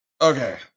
Okay